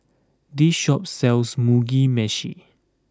this shop sells Mugi Meshi